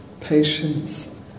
patience